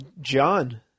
John